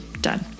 done